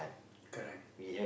correct